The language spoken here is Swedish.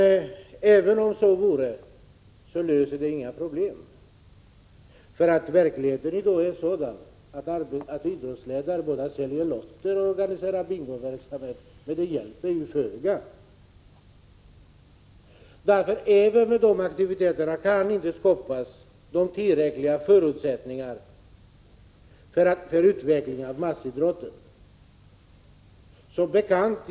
Även om så vore fallet löser det inga problem. Verkligeheten är i dag sådan att idrottsledare både sälje lotter och organiserar bingoverksamhet, men det hjälper föga. Inte ens med de aktiviteterna kan tillräckliga förutsättningar skapas för att utveckla massidrotten.